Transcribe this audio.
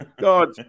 God